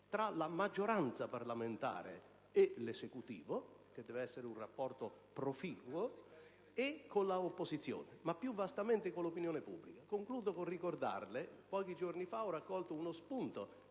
della maggioranza parlamentare con l'Esecutivo, che deve essere un rapporto proficuo, con l'opposizione ma, più vastamente, con l'opinione pubblica. Concludo ricordando che pochi giorni fa ho raccolto lo spunto